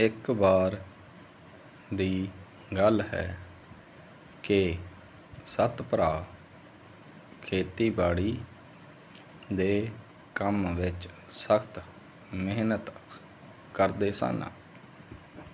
ਇੱਕ ਵਾਰ ਦੀ ਗੱਲ ਹੈ ਕਿ ਸੱਤ ਭਰਾ ਖੇਤੀਬਾੜੀ ਦੇ ਕੰਮ ਵਿੱਚ ਸਖ਼ਤ ਮਿਹਨਤ ਕਰਦੇ ਸਨ